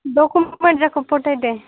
document ଯାକ ପଠେଇ ଦେ